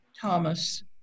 Thomas